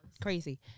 crazy